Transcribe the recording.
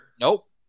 Nope